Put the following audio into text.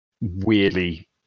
weirdly